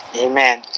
amen